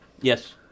Yes